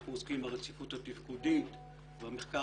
אנחנו עוסקים ברציפות הפיקודית ובמחקר